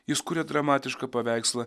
jis kuria dramatišką paveikslą